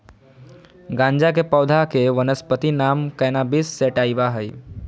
गाँजा के पौधा के वानस्पति नाम कैनाबिस सैटिवा हइ